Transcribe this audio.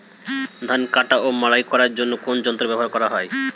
ধান কাটা ও মাড়াই করার জন্য কোন যন্ত্র ব্যবহার করা হয়?